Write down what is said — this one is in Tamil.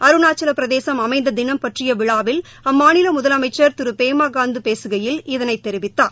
அருணாச்சவபிரதேசம் அமைந்ததினம் பற்றியவிழாவில் அம்மாநிலமுதலமைச்சர் திருபேமாகண்ட் பேசுகையில் இதைத் தெரிவித்தார்